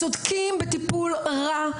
הם צודקים בטיפול רע,